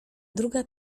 druga